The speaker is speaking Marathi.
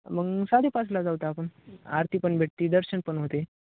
मग साडेपाचला जाऊ आता आपण आरती पण भेटते दर्शनपण होते